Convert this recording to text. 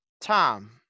Tom